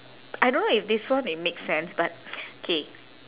I don't know if this one it makes sense but K